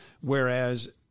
Whereas